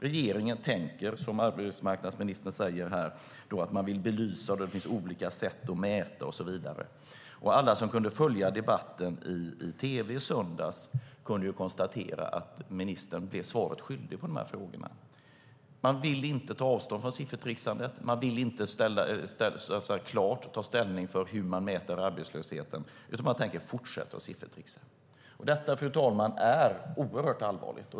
Regeringen menar, som arbetsmarknadsministern säger här, att man vill belysa det och det finns olika sätt att mäta, och så vidare. Alla som kunde följa debatten i tv i söndags kunde konstatera att ministern blev svaret skyldig på frågorna. Man vill inte ta avstånd från siffertricksandet. Man vill inte klart ta ställning för hur man mäter arbetslösheten, utan man tänker fortsätta att siffertricksa. Detta är oerhört allvarligt, fru talman.